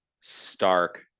stark